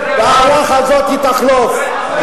והרוח הזאת היא תחלוף.